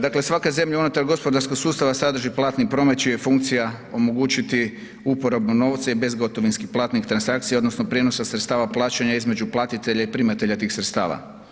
Dakle svaka zemlja unutar gospodarskog sustava sadrži platni promet čija je funkcija omogućiti uporabu novca i bez gotovinski platnih transakcija odnosno prijenosa sredstava plaćanja između platitelja i primatelja tih sredstava.